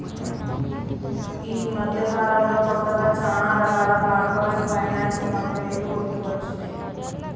యీ మద్దెకాలంలో కొత్తగా చానా రకాల కార్పొరేట్ ఫైనాన్స్ కంపెనీలు పుట్టుకొచ్చినై